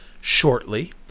shortly